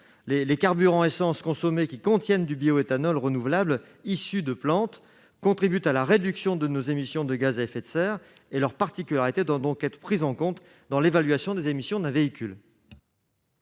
Les carburants à essences consommés contenant du bioéthanol renouvelable issu de plantes contribuent à la réduction de nos émissions de gaz à effet de serre. Cette particularité doit être prise en compte dans l'évaluation des émissions d'un véhicule.